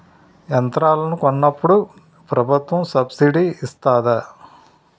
యంత్రాలను కొన్నప్పుడు ప్రభుత్వం సబ్ స్సిడీ ఇస్తాధా?